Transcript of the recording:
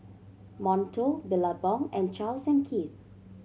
Monto Billabong and Charles and Keith